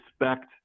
respect